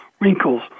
wrinkles